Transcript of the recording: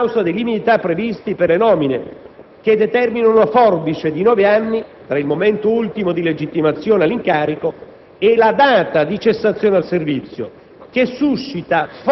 Anche gli incarichi direttivi ricevono notevoli contraccolpi a causa dei limiti di età previsti per le nomine, che determinano una forbice di nove anni tra il momento ultimo di legittimazione all'incarico